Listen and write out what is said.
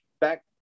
back